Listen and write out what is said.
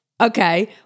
Okay